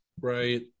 right